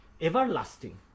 everlasting